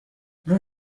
vous